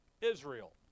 Israel